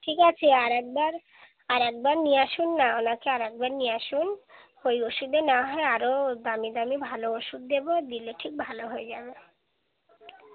ঠিক আছে আর একবার আর একবার নিয়ে আসুন না ওঁকে আর একবার নিয়ে আসুন ওই ওষুধে না হয় আরো দামি দামি ভাল ওষুধ দেবো দিলে ঠিক ভালো হয়ে যাবে